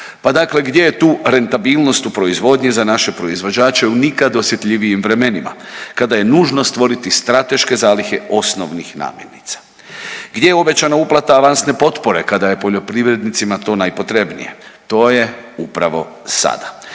Pa dakle gdje je tu rentabilnost u proizvodnji za naše proizvođače u nikad osjetljivijim vremenima kada je nužno stvoriti strateške zalihe osnovnih namirnica? Gdje je obećana uplata avansne potpore kada je poljoprivrednicima to najpotrebnije? To je upravo sada.